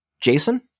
jason